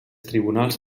tribunals